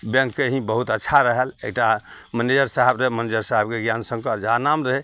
बैँकके ही बहुत अच्छा रहल एकटा मैनेजर साहब मैनेजरके ज्ञान शङ्कर झा नाम रहै